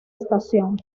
estación